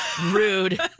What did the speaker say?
rude